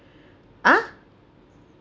ah